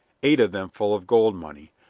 eight of them full of gold money,